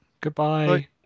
Goodbye